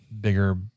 bigger